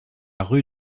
rue